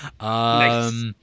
Nice